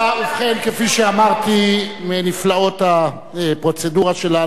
ובכן, כפי שאמרתי, מנפלאות הפרוצדורה שלנו,